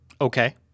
Okay